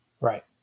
Right